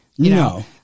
No